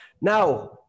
Now